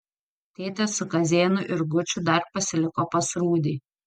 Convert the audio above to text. tetė su kazėnu ir guču dar pasiliko pas rūdį